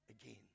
again